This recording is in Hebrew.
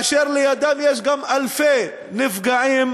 ולידם יש גם אלפי נפגעים